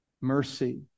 mercy